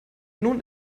nun